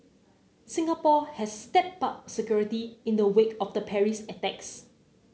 Singapore has stepped up security in the wake of the Paris attacks